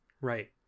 Right